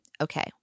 Okay